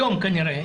היום כנראה,